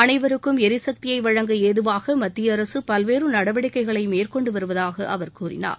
அனைவருக்கும் எரிசக்தியை வழங்க ஏதுவாக மத்திய நடவடிக்கைகளை மேற்கொண்டுவருவதாக அவர் கூறினார்